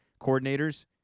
coordinators